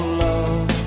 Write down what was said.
love